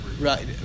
Right